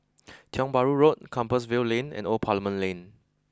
Tiong Bahru Road Compassvale Lane and Old Parliament Lane